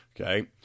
Okay